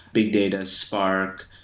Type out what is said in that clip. big data, spark,